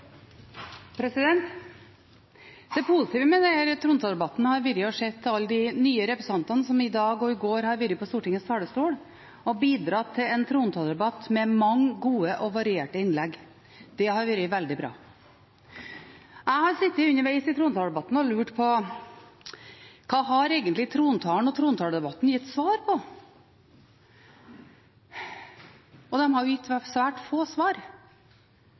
Det positive med denne trontaledebatten har vært å se alle de nye representantene som i dag og i går har vært på Stortingets talerstol og bidratt til en trontaledebatt med mange gode og varierte innlegg. Det har vært veldig bra. Jeg har sittet underveis i trontaledebatten og lurt på: Hva har egentlig trontalen og trontaledebatten gitt svar på? Den har gitt svært få svar.